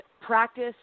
practice